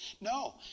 No